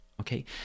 okay